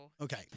Okay